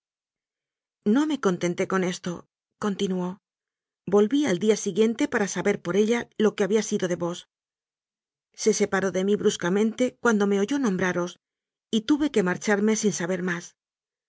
no me contenté con estocontinuó volví al día siguiente para saber por ella lo que había sido de vos se separó de mí bruscamente cuando me oyó nombraros y tuve que marcharme sin saber más